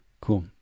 Cool